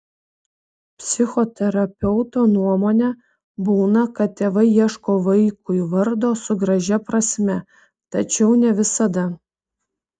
psichoterapeuto nuomone būna kad tėvai ieško vaikui vardo su gražia prasme tačiau ne visada